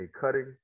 cutting